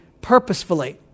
purposefully